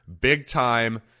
big-time